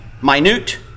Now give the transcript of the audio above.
Minute